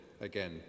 again